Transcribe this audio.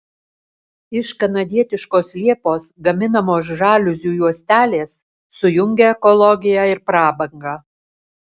iš kanadietiškos liepos gaminamos žaliuzių juostelės sujungia ekologiją ir prabangą